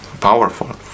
powerful